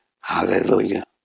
Hallelujah